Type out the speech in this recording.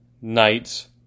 Knights